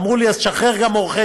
אמרו לי: אז תשחרר גם עורכי-דין.